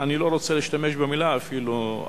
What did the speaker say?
אני לא רוצה להשתמש במלה "אסון",